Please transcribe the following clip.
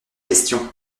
question